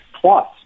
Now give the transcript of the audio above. plus